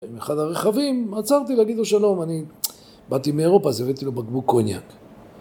עם אחד הרכבים, עצרתי להגיד לו שלום, אני באתי מאירופה, זה הבאתי לו בקבוק קוניאק.